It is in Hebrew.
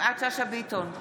יפעת שאשא ביטון, בעד